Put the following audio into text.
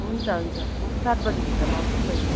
हुन्छ हुन्छ म सात बजीभित्रमा आउँछु नि बैनी